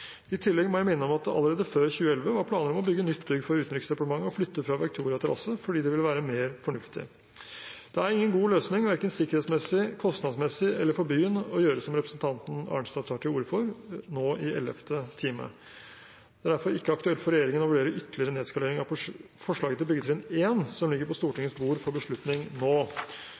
i Akersgata. I tillegg må jeg minne om at det allerede før 2011 var planer om å bygge nytt bygg for Utenriksdepartementet og flytte fra Victoria terrasse, fordi det ville være mer fornuftig. Det er ingen god løsning verken sikkerhetsmessig, kostnadsmessig eller for byen å gjøre som representanten Arnstad tar til orde for nå, i ellevte time. Det er derfor ikke aktuelt for regjeringen å vurdere ytterligere nedskalering av forslaget til byggetrinn 1, som ligger på Stortingets bord for beslutning nå.